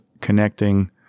connecting